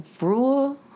rule